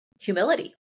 humility